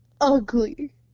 ugly